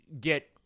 get